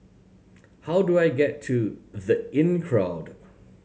how do I get to The Inncrowd